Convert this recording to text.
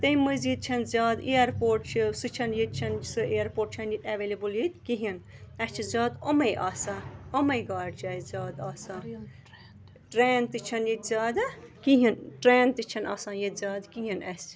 تَمہِ مٔزیٖد چھَنہٕ زیادٕ اِیَرپوٹ چھِ سُہ چھَنہٕ ییٚتہِ چھَنہٕ سُہ اِیَرپوٹ چھَنہٕ ییٚتہِ اٮ۪وٮ۪لیبٕل ییٚتہِ کِہیٖنۍ اَسہِ چھِ زیادٕ یِمَے آسان یِمَے گاڑِ چھِ اَسہِ زیادٕ آسان ٹرٛین تہِ چھَنہٕ ییٚتہِ زیادٕ کِہینۍ ٹرٛین تہِ چھَنہٕ آسان ییٚتہِ زیادٕ کِہینۍ اَسہِ